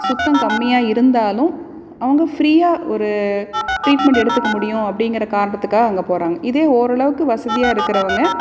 சுத்தம் கம்மியாக இருந்தாலும் அவங்க ஃபிரீயாக ஒரு டிரீட்மெண்ட் எடுத்துக்க முடியும் அப்படிங்குற காரணத்துக்காக அங்கே போகிறாங்க இதே ஓரளவுக்கு வசதியாக இருக்கிறவுங்க